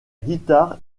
guitare